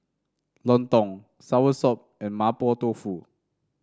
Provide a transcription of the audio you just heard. lontong soursop and Mapo Tofu